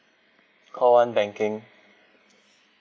call one banking